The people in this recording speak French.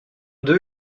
d’eux